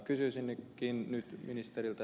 kysyisinkin nyt ministeriltä